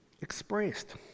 expressed